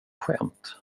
skämt